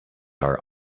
are